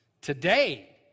today